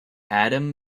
adam